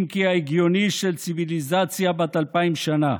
אם כי ההגיוני, של ציוויליזציה בת אלפיים שנה.